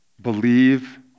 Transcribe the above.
believe